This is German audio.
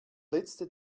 letzte